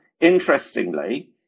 interestingly